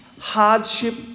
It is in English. hardship